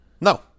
No